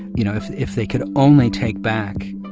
you know, if if they could only take back,